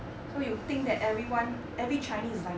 so you think that everyone every chinese is